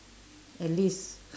at least